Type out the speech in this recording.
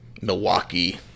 Milwaukee